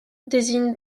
désigne